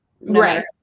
right